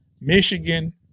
Michigan